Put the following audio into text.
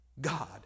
God